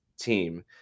team